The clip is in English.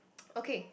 okay